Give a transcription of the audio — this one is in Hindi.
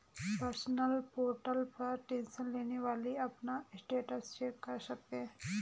पेंशनर्स पोर्टल पर टेंशन लेने वाली अपना स्टेटस चेक कर सकते हैं